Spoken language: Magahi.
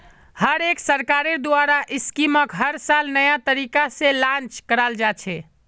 हर एक सरकारेर द्वारा स्कीमक हर साल नये तरीका से लान्च कराल जा छे